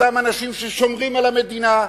אותם אנשים ששומרים על המדינה,